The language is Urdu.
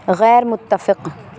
غیر متفق